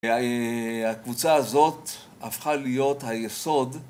הקבוצה הזאת הפכה להיות היסוד